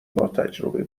باتجربه